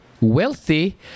wealthy